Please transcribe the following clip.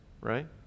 right